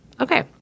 Okay